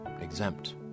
exempt